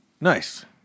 nice